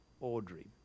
Audrey